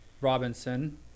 Robinson